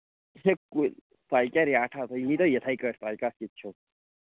ہے کُلۍ تۄہہِ کیٛاہ ریٹھاہ تُہۍ ییٖتو یِتھَے کٔٹھۍ تۄہہِ کَتھ کِتھۍ چھُو